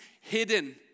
hidden